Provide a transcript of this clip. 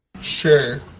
Sure